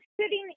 sitting